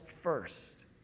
first